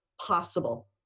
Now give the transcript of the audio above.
possible